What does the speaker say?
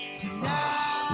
tonight